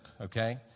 okay